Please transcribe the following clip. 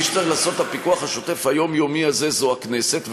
מי שצריך לעשות את הפיקוח השוטף היומיומי הזה זו הכנסת,